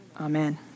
Amen